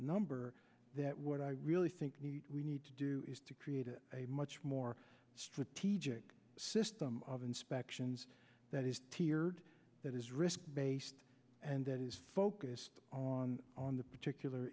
number that what i really think we need to do is to create a much more strategic system of inspections that is tiered that is risk based and that is focused on on the particular